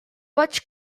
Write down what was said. vaig